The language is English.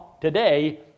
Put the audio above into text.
today